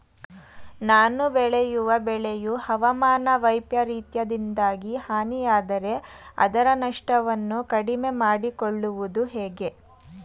ನಾನು ಬೆಳೆಯುವ ಬೆಳೆಯು ಹವಾಮಾನ ವೈಫರಿತ್ಯದಿಂದಾಗಿ ಹಾನಿಯಾದರೆ ಅದರ ನಷ್ಟವನ್ನು ಕಡಿಮೆ ಮಾಡಿಕೊಳ್ಳುವುದು ಹೇಗೆ?